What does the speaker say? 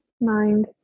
Mind